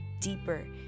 deeper